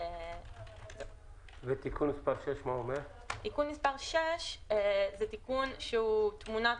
תיקון מס' 6 הוא תיקון שהוא תמונת